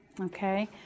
Okay